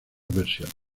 versiones